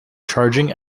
charging